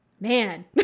Man